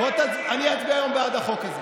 אני אצביע היום בעד החוק הזה.